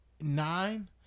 nine